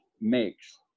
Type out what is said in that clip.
makes